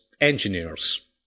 Engineers